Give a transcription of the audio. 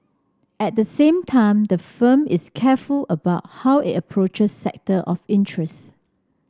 at the same time the firm is careful about how it approaches sector of interest